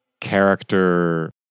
character